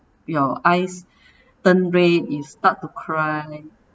your eyes turn red you start to cry